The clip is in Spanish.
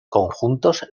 conjuntos